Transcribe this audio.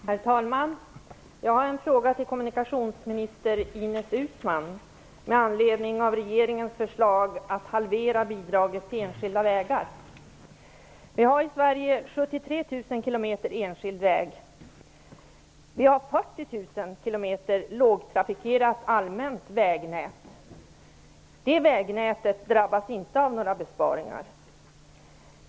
Herr talman! Jag har en fråga till kommunikationsminister Ines Uusmann med anledning av regeringens förslag om att bidraget till enskilda vägar skall halveras. Vi har i Sverige 73 000 km enskild väg, och vi har 40 000 km lågtrafikerat allmänt vägnät. Det vägnätet drabbas inte av några besparingar.